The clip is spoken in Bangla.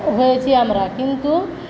হয়েছি আমরা কিন্তু